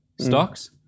stocks